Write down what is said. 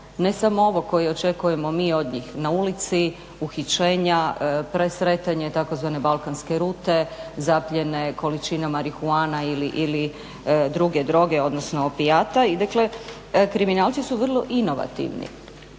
ne samo ovog koji očekujemo mi od njih na ulici, uhićenja, presretanje tzv. balkanske rute, zapljene količine marihuana ili druge droge odnosno opijata. I dakle, kriminalci su vrlo inovativni,